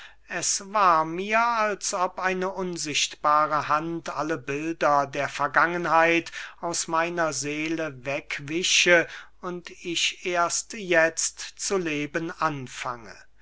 es war mir als ob eine unsichtbare hand alle bilder der vergangenheit aus meiner seele wegwische und ich erst jetzt zu leben anfange